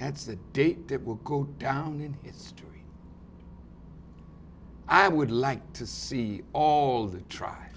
that's the date that will go down in history i would like to see all the tr